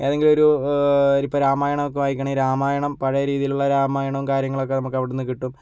ഏതെങ്കിലൊരു ഇപ്പോൾ രാമായണം ഒക്കെ വായിക്കണേ രാമായണം പഴയ രീതിയിലുള്ള രാമായണവും കാര്യങ്ങളൊക്കെ നമുക്ക് അവിടെ നിന്ന് കിട്ടും